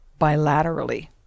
bilaterally